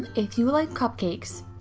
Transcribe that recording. if you like cupcakes.